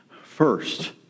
First